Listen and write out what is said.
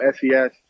SES